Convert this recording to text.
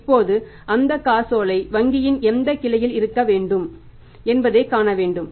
இப்போது அந்த காசோலை வங்கியின் எந்த கிளையில் இருக்க வேண்டும் என்பதைக் காண வேண்டும்